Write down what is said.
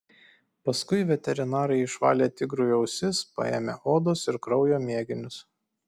paskui veterinarai išvalė tigrui ausis paėmė odos ir kraujo mėginius